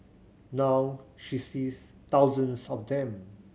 now she sees thousands of them